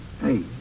Hey